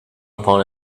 upon